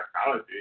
psychology